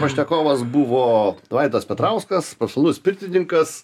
pašnekovas buvo vaidas petrauskas profesionalus pirtininkas